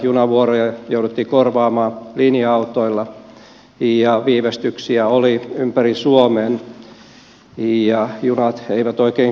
junavuoroja jouduttiin korvaamaan linja autoilla ja viivästyksiä oli ympäri suomen ja junat eivät oikein kulkeneet